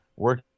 Work